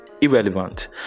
irrelevant